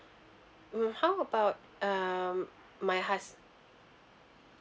mm how about um my hus~